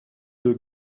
deux